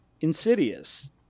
Insidious